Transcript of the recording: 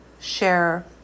share